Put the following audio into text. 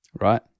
Right